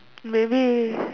maybe